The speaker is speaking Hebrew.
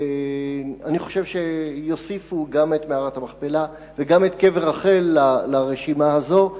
ואני חושב שיוסיפו גם את מערת המכפלה וגם את קבר רחל לרשימה הזאת.